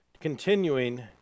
continuing